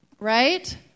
right